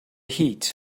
heat